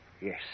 Yes